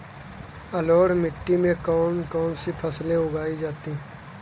जलोढ़ मिट्टी में कौन कौन सी फसलें उगाई जाती हैं?